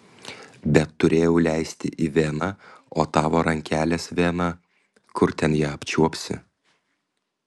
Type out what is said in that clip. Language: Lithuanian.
bet turėjau leisti į veną o tavo rankelės vena kur ten ją apčiuopsi